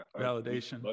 Validation